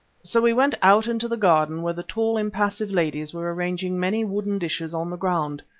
so we went out into the garden where the tall, impassive ladies were arranging many wooden dishes on the ground.